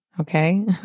Okay